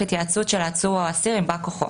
התייעצות של העצור או האסיר עם בא כוחו,